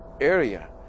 area